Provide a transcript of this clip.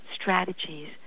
strategies